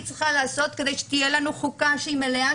צריכה לעשות כדי שתהיה לנו חוקה שהיא מלאה,